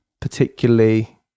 particularly